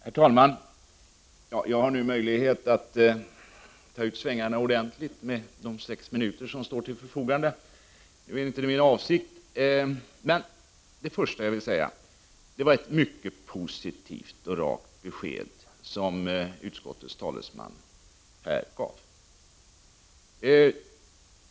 Herr talman! Jag har nu möjlighet att ta ut svängarna ordentligt med de sex minuter som står till förfogande. Det är dock inte min avsikt. Det första jag vill säga är att det var ett mycket positivt och rakt besked som utskottets talesman här gav.